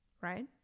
right